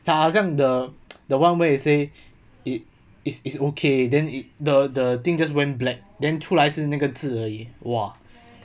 like 好像 the the one where you say it is it's okay then the the thing just went black then 出来食那个字而已 !wah!